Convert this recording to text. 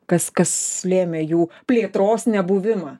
kas kas lėmė jų plėtros nebuvimą